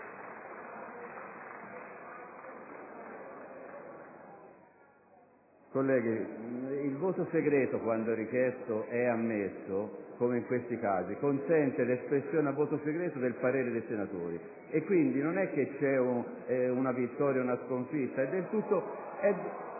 colleghi, il voto segreto, quando richiesto e ammesso, come in questo caso, consente l'espressione a voto segreto del parere dei senatori; quindi non c'è una vittoria o una sconfitta: è del tutto